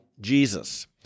Jesus